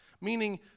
meaning